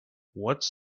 what’s